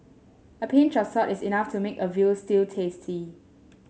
a pinch of salt is enough to make a veal stew tasty